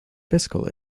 fiscal